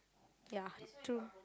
ya it's true